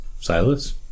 Silas